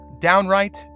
downright